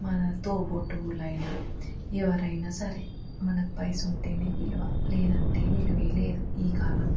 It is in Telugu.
మన తోబుట్టువులైనా ఎవరైనా సరే మనకు పైసా ఉంటేనే విలువ లేదంటే విలువేలేదు ఈ కాలంలో